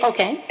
Okay